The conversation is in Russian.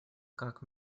как